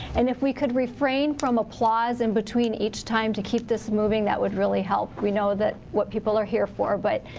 and if we could refrain from applause in between each time to keep this moving that would really help. we know what people are here for, but,